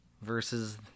Versus